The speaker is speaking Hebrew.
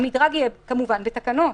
המדרג יהיה כמובן בתקנות.